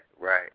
right